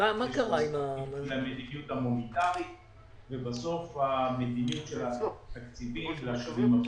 המדיניות המוניטרית ובסוף המניעים של התקציבים לשנים הקרובות.